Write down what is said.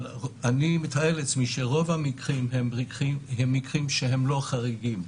אבל אני מתאר לעצמי שרוב המקרים הם לא מקרים חריגים.